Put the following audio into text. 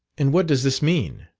and what does this mean?